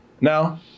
Now